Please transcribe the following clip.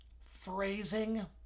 phrasing